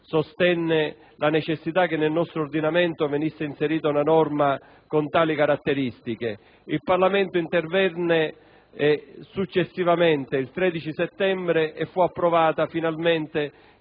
sostenne la necessità che nel nostro ordinamento fosse inserita una norma con tali caratteristiche. Il Parlamento intervenne successivamente, il 13 settembre, e finalmente